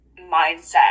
mindset